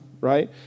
right